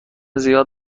زیاد